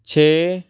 ਛੇ